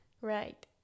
right